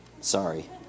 Sorry